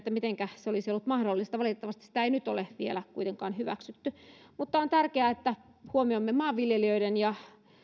mitenkä se olisi mahdollista valitettavasti sitä nyt ei ole vielä kuitenkaan hyväksytty on tärkeää että huomioimme maanviljelijöiden ja